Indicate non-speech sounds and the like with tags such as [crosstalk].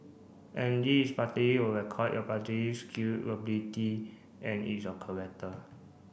and this is partly your record a party skill ability and it's your [unintelligible]